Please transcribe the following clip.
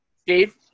Steve